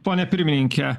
pone pirmininke